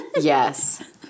Yes